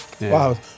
Wow